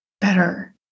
better